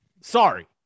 Sorry